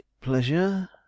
pleasure